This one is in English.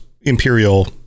imperial